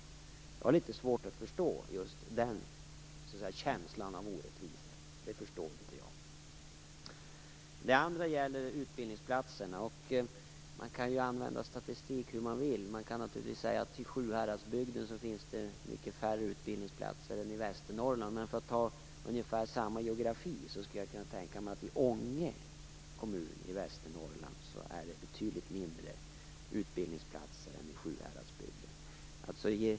Jag har litet svårt att förstå just den känslan av orättvisa. Det förstår jag inte. Den andra frågan gäller utbildningsplatserna. Man kan använda statistik hur man vill. Man kan naturligtvis säga att det finns mycket färre utbildningsplatser i Sjuhäradsbygden än i Västernorrland. För att ta ett exempel från samma region kan jag säga att jag skulle kunna tänka mig att det i Ånge kommun i Västernorrland finns betydligt färre utbildningsplatser än i Sjuhäradsbygden.